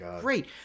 great